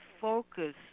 focus